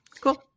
Cool